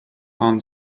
pan